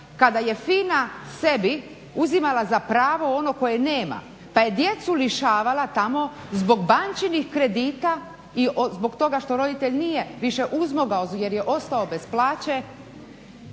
kada je FINA sebi uzimala za pravo ono koje nema pa je djecu lišavala tamo zbog bančenih kredita i zbog toga što roditelj više nije uzmogao jer je ostao bez plaće